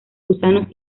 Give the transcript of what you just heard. gusanos